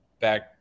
back